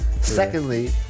Secondly